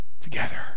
together